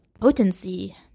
potency